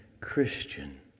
Christian